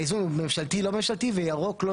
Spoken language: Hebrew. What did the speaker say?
האיזון הוא ממשלתי/לא ממשלתי וירוק/לא